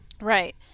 Right